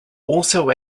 also